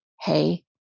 hey